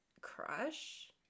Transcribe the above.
Crush